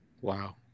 wow